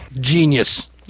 Genius